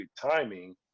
timing